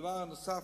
הדבר הנוסף,